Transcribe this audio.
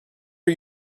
are